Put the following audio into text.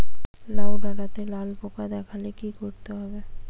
লাউ ডাটাতে লাল পোকা দেখালে কি করতে হবে?